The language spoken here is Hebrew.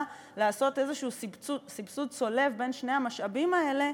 לעשות איזה סבסוד צולב בין שני המשאבים האלה.